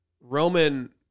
Roman